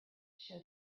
show